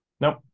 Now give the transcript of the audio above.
Nope